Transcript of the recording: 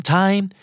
time